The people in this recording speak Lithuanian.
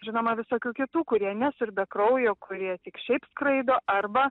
žinoma visokių kitų kurie nesiurbia kraujo kurie tik šiaip skraido arba